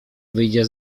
wyjdzie